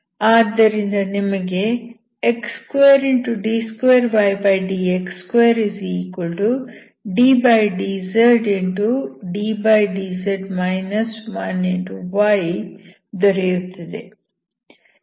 ಆದ್ದರಿಂದ ನಿಮಗೆ x2d2ydx2ddzddz 1y ದೊರೆಯುತ್ತದೆ